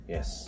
Yes